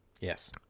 Yes